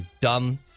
dumb